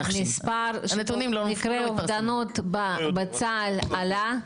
המספר של מקרי האובדנות בצה"ל עלה.